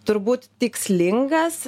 turbūt tikslingas